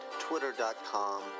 twitter.com